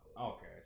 Okay